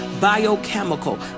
biochemical